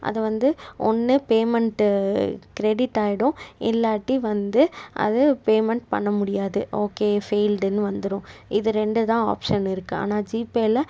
அது வந்து ஒன்று பேமெண்ட்டு கிரெடிட் ஆயிடும் இல்லாட்டி வந்து அது பேமெண்ட் பண்ண முடியாது ஓகே ஃபெயில்டுனு வந்துடும் இது ரெண்டு தான் ஆப்ஷன் இருக்குது ஆனா ஜிபேயில்